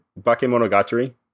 Bakemonogatari